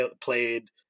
played